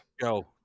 Go